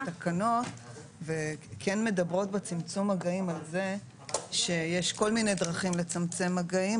התקנות כן מדברות בצמצום המגעים על זה שיש כל מיני דרכים לצמצם מגעים,